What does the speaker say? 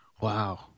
Wow